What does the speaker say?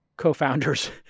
co-founders